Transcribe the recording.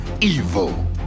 evil